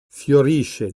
fiorisce